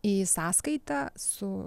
į sąskaitą su